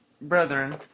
brethren